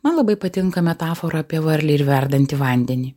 man labai patinka metafora apie varlę ir verdantį vandenį